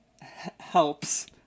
helps